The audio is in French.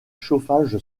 chauffage